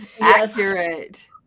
Accurate